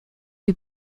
lui